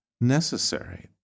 necessary